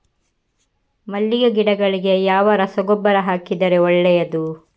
ಮಲ್ಲಿಗೆ ಗಿಡಗಳಿಗೆ ಯಾವ ರಸಗೊಬ್ಬರ ಹಾಕಿದರೆ ಒಳ್ಳೆಯದು?